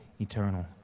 eternal